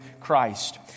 Christ